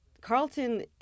Carlton